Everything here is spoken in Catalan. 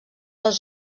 les